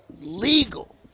legal